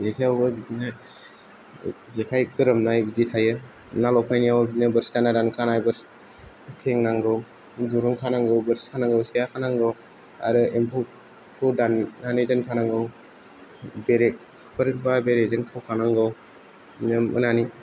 जेखाइयावबो बिदिनो जेखाइ गोरोमनाय बिदि थायो ना लफायनायाव बिदिनो बोरसि दान्दा खानाय बोरसि फेंनांगौ दुरुं खानांगौ बोरसि खानांगौ सेहा खानांगौ आरो एम्फौखौ दाननानै दोनखानांगौ बेरेफोरबा बेरेजों खाफानांगौ बिदिनो मोनानि